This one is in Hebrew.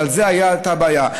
וזו הייתה הבעיה.